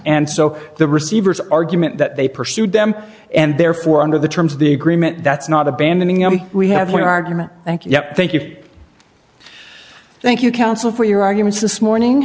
and so the receivers argument that they pursued them and therefore under the terms of the agreement that's not abandoning i mean we have one argument thank you thank you thank you counsel for your arguments this morning